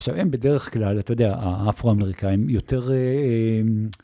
עכשיו, הם בדרך כלל, אתה יודע, האפרו-אמריקאים יותר...